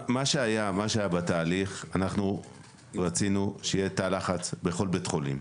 מה שהיה בתהליך אנחנו רצינו שיהיה תא לחץ בכל בית חולים.